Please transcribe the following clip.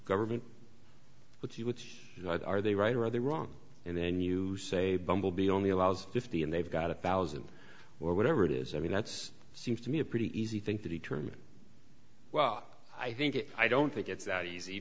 government what you would what are they right or other wrong and then you say bumblebee only allows fifty and they've got a thousand or whatever it is i mean that's seems to me a pretty easy thing to determine well i think it i don't think it's that easy